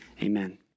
Amen